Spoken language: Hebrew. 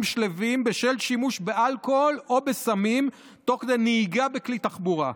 שלווים בשל שימוש באלכוהול או בסמים תוך כדי נהיגה בכלי תחבורה.